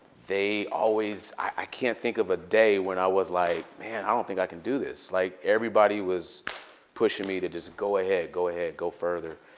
they always i can't think of a day when i was like, man, i don't think i can do this. like, everybody was pushing me to just go ahead, go ahead, go further.